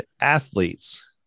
athletes